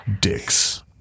Dicks